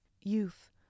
Youth